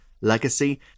legacy